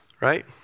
right